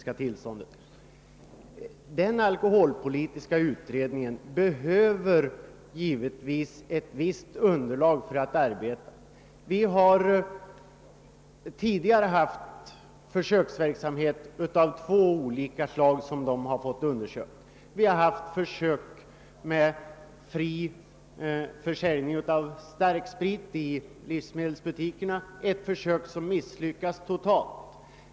Alkoholpolitiska utredningen behöver givetvis ett visst underlag för att arbeta. Vi har tidigare haft försöksverksamhet av två olika slag, som utredningen fått ta ställning till. Vi har haft försök med fri försäljning av starköl i livsmedelsbutikerna, ett försök som misslyckades totalt.